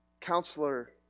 counselor